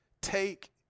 Take